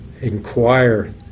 inquire